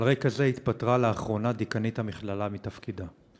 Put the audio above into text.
על רקע זה התפטרה לאחרונה דיקנית המכללה מתפקידה.